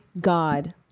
God